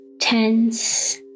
tense